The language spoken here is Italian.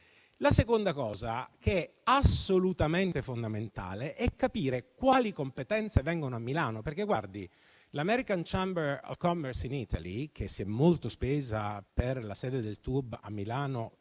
La seconda cosa, assolutamente fondamentale, è capire quali competenze verranno a Milano. L'American chamber of commerce in Italy, che si è molto spesa per la sede del TUEB a Milano,